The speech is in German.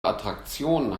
attraktion